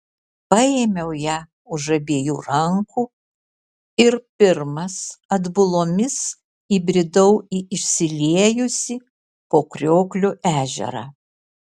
paėmiau ją už abiejų rankų ir pirmas atbulomis įbridau į išsiliejusį po kriokliu ežerą